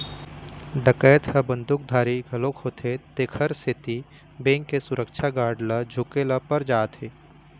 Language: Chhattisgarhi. डकैत ह बंदूकधारी घलोक होथे तेखर सेती बेंक के सुरक्छा गार्ड ल झूके ल पर जाथे